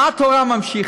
איך התורה ממשיכה?